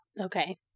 Okay